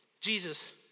Jesus